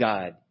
God